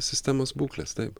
sistemos būklės taip